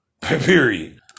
Period